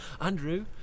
andrew